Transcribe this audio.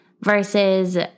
versus